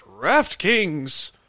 DraftKings